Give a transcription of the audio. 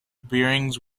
bearings